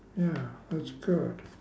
ya that's good